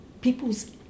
people's